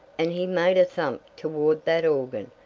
and he made a thump toward that organ,